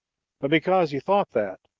but because he thought that,